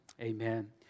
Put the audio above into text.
Amen